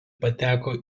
pateko